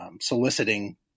soliciting